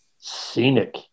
scenic